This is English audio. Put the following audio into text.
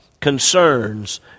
concerns